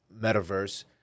metaverse